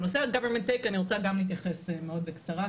בנושא ה- government takeאני רוצה גם להתייחס מאוד בקצרה.